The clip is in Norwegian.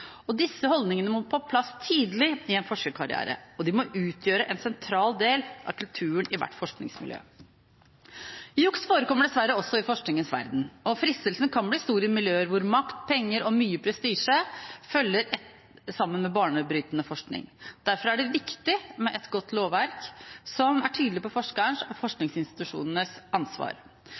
Disse holdningene må på plass tidlig i en forskerkarriere, og de må utgjøre en sentral del av kulturen i hvert forskningsmiljø. Juks forekommer dessverre også i forskningens verden, og fristelsen kan bli stor i miljøer hvor makt, penger og mye prestisje følger sammen med banebrytende forskning. Derfor er det viktig med et godt lovverk, som er tydelig på forskerens og forskningsinstitusjonenes ansvar.